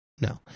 No